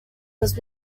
was